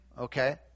Okay